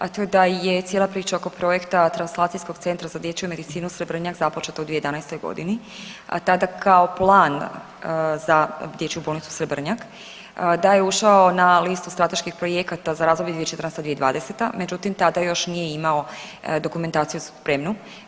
A to je da je cijela priča oko projekta Translacijskog centra za dječju medicinu Srebrnjak započeta u 2011. godini, a tada kao plan za Dječju bolnicu Srebrnjak, da je ušao na listu strateških projekata za razdoblje 2014.-2020. međutim tada još nije imao dokumentaciju spremnu.